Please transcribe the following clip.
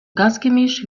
gasgemisch